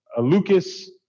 Lucas